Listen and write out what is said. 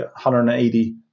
180